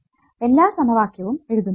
നിങ്ങൾ എല്ലാ സമവാക്യവും എഴുതുന്നു